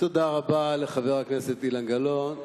תודה רבה לחבר הכנסת אילן גילאון.